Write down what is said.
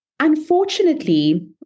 Unfortunately